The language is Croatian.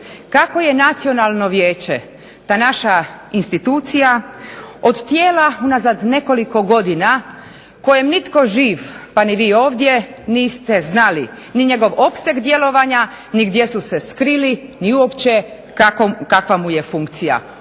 kako je Nacionalno vijeće, ta naša institucija od tijela unazad nekoliko godina koje nitko živ pa ni vi ovdje niste znali ni njegov opseg djelovanja ni gdje su se skrili ni uopće kakva mu je funkcija.